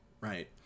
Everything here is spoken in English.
right